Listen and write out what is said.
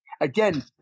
Again